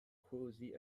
cozy